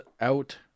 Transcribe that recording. out